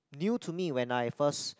new to me when I first